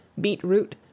beetroot